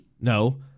No